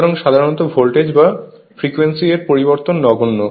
সুতরাং সাধারণত ভোল্টেজ বা ফ্রিকোয়েন্সি এর পরিবর্তন নগণ্য